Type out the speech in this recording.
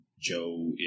Joe